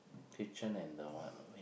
kitchen and the